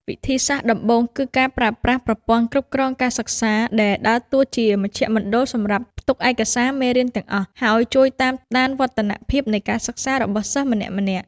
វិធីសាស្ត្រដំបូងគឺការប្រើប្រាស់ ប្រព័ន្ធគ្រប់គ្រងការសិក្សា ដែលដើរតួជាមជ្ឈមណ្ឌលសម្រាប់ផ្ទុកឯកសារមេរៀនទាំងអស់ ហើយជួយតាមដានវឌ្ឍនភាពនៃការសិក្សារបស់សិស្សម្នាក់ៗ។